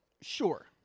Sure